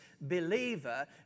believer